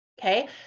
Okay